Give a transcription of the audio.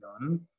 done